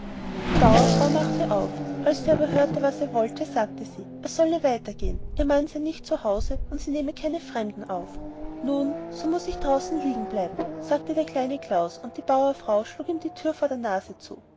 die bauerfrau machte auf als sie aber hörte was er wollte sagte sie er solle weiter gehen ihr mann sei nicht zu hause und sie nehme keine fremden auf nun so muß ich draußen liegen bleiben sagte der kleine klaus und die bauerfrau schlug ihm die thür vor der nase zu